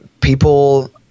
people